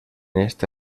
esta